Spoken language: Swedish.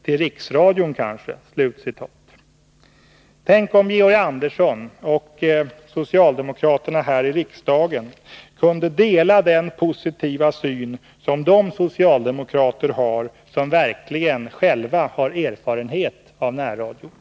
Till riksradion kanske.” Tänk om Georg Andersson och socialdemokraterna här i riksdagen kunde dela den positiva syn som de socialdemokrater har som själva verkligen har erfarenhet av närradion!